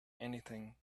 anything